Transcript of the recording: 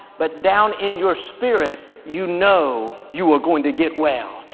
but down in your spirit, you know you are going to get well.